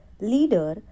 leader